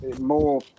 more